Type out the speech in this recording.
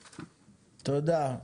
תודה.